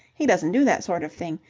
he doesn't do that sort of thing.